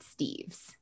Steves